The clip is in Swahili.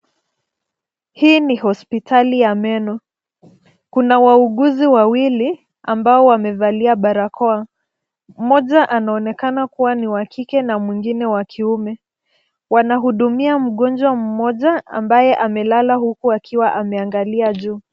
Hii ni hospitali ya meno. Kuna wauguzi wawili ambao wamevalia barakoa, mmoja anaonekana kuwa ni wa kike na mwingine wa kiume. Wanahudumia mgonjwa mmoja ambaye amelala huku akiwa ameagalia juu.